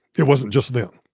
it wasn't just then.